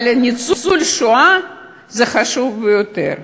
אבל לניצול שואה זה חשוב ביותר.